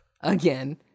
again